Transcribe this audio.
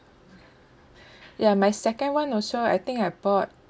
ya my second one also I think I bought